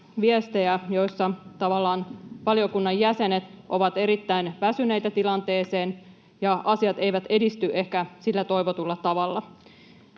että tavallaan valiokunnan jäsenet ovat erittäin väsyneitä tilanteeseen ja asiat eivät edisty ehkä sillä toivotulla tavalla.